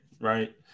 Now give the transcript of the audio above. Right